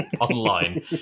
online